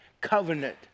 covenant